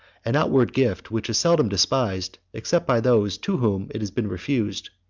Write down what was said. an outward gift which is seldom despised, except by those to whom it has been refused.